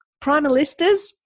Primalistas